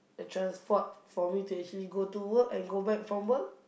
a transport for me to go to work and go back from work